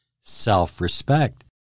self-respect